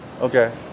Okay